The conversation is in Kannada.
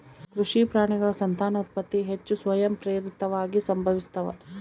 ಕೃಷಿ ಪ್ರಾಣಿಗಳ ಸಂತಾನೋತ್ಪತ್ತಿ ಹೆಚ್ಚು ಸ್ವಯಂಪ್ರೇರಿತವಾಗಿ ಸಂಭವಿಸ್ತಾವ